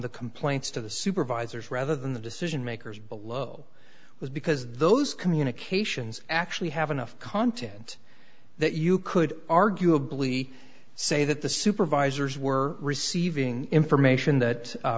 the complaints to the supervisors rather than the decision makers below was because those communications actually have enough content that you could arguably say that the supervisors were receiving information that